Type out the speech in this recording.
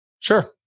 Sure